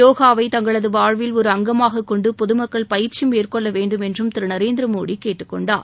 போகாவை தங்களது வாழ்வில் ஒரு அங்கமாக கொண்டு பொதமக்கள் பயிற்சி மேற்கொள்ள வேண்டும் என்றம் திரு நரேந்திரமோடி கேட்டுக் கொண்டார்